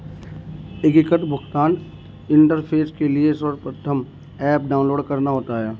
एकीकृत भुगतान इंटरफेस के लिए सर्वप्रथम ऐप डाउनलोड करना होता है